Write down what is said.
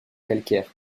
calcaires